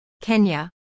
Kenya